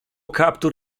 kaptur